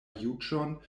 juĝon